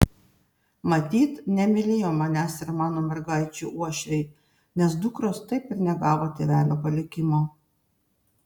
matyt nemylėjo manęs ir mano mergaičių uošviai nes dukros taip ir negavo tėvelio palikimo